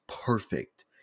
perfect